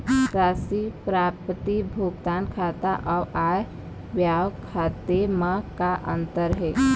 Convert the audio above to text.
राशि प्राप्ति भुगतान खाता अऊ आय व्यय खाते म का अंतर हे?